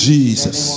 Jesus